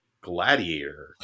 Gladiator